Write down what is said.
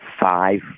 five